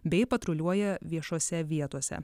bei patruliuoja viešose vietose